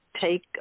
take